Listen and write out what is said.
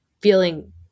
feeling